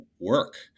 work